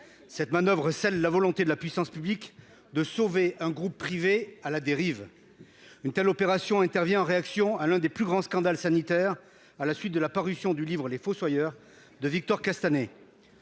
Cette manoeuvre scelle la volonté de la puissance publique de sauver un groupe privé à la dérive. Une telle opération intervient en réaction à l'un des plus grands scandales sanitaires, déclenché par la parution du livre de Victor Castanet.